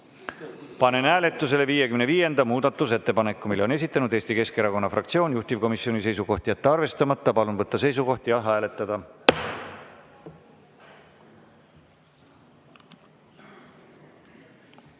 Panen hääletusele 55. muudatusettepaneku. Selle on esitanud Eesti Keskerakonna fraktsioon. Juhtivkomisjoni seisukoht on jätta arvestamata. Palun võtta seisukoht ja hääletada!